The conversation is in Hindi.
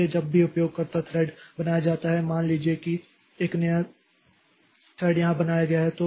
इसलिए जब भी उपयोगकर्ता थ्रेड बनाया जाता है मान लीजिए कि एक नया थ्रेड यहां बनाया गया है